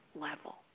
level